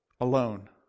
alone